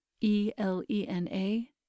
E-L-E-N-A